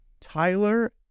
Tyler